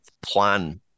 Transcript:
plan